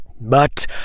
but